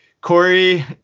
Corey